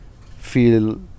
feel